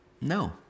No